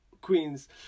queens